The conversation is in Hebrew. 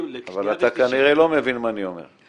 --- אבל אתה כנראה לא מבין מה אני אומר.